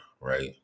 right